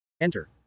Enter